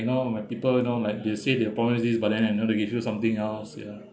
you know my people you know like they say they apologies but then you know they give you something else ya